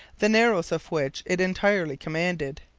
the narrows of which it entirely commanded.